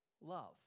love